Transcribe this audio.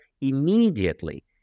immediately